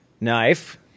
knife